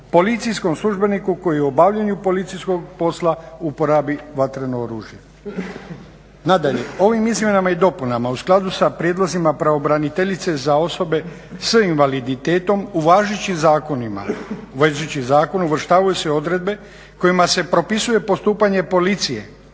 policijskom službeniku koji u obavljanju policijskog posla uporabi vatreno oružje. Nadalje, ovim izmjenama i dopunama u skladu sa prijedlozima pravobraniteljice za osobe s invaliditetom u važećim zakonima u važeći zakon uvrštavaju se odredbe kojima se propisuje postupanje policije